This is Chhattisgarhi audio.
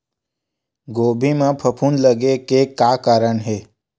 गोभी म फफूंद लगे के का कारण हे?